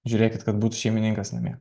žiūrėkit kad būtų šeimininkas namie